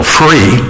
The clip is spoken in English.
free